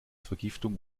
vergiftung